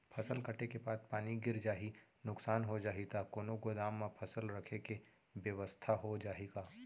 फसल कटे के बाद पानी गिर जाही, नुकसान हो जाही त कोनो गोदाम म फसल रखे के बेवस्था हो जाही का?